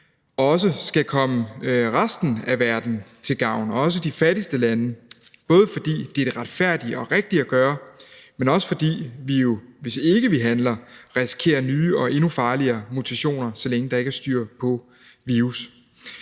også skal komme resten af verden til gavn, også de fattigste lande, både fordi det er det retfærdige og rigtige at gøre, men også fordi vi jo, hvis ikke vi handler, risikerer nye og endnu farligere mutationer, så længe der ikke er styr på virus.